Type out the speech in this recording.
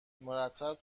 مرتب